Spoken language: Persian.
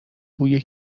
بوی